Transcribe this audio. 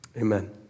Amen